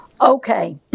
Okay